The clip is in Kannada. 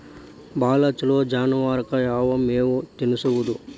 ಭಾಳ ಛಲೋ ಜಾನುವಾರಕ್ ಯಾವ್ ಮೇವ್ ತಿನ್ನಸೋದು?